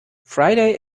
friday